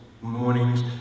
mornings